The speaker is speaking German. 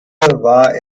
war